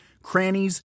Crannies